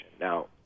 now